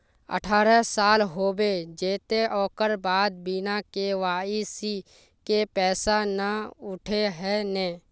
अठारह साल होबे जयते ओकर बाद बिना के.वाई.सी के पैसा न उठे है नय?